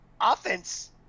offense